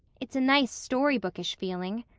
it's a nice story-bookish feeling.